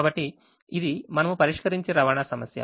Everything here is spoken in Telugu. కాబట్టి ఇది మనము పరిష్కరించే రవాణా సమస్య